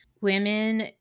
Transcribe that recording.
women